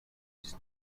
its